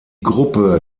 gruppe